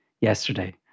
yesterday